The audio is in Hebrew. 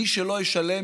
מי שלא ישלם,